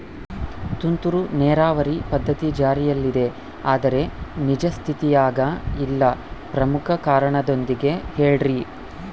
ತುಂತುರು ನೇರಾವರಿ ಪದ್ಧತಿ ಜಾರಿಯಲ್ಲಿದೆ ಆದರೆ ನಿಜ ಸ್ಥಿತಿಯಾಗ ಇಲ್ಲ ಪ್ರಮುಖ ಕಾರಣದೊಂದಿಗೆ ಹೇಳ್ರಿ?